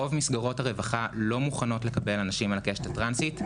רוב מסגרות הרווחה לא מוכנות לקבל אנשים על הקשת הטרנסית,